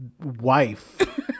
wife